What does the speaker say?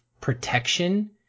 protection